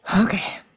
Okay